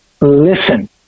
listen